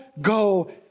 Go